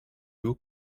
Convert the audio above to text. haut